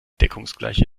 deckungsgleiche